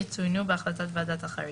יצוינו בהחלטת ועדת החריגים,",